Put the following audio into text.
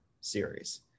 series